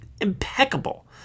impeccable